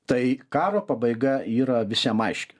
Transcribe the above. tai karo pabaiga yra visiem aiški